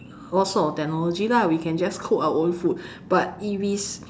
all sort of technology lah we can just cook our own food but if it is